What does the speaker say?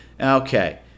Okay